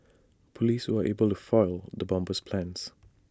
Police were able to foil the bomber's plans